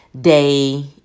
day